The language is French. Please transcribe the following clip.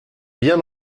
bien